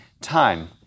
time